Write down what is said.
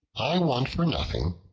i want for nothing,